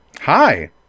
Hi